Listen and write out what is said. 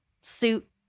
suit